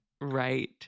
Right